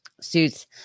suits